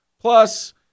Plus